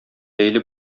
бәйле